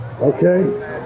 Okay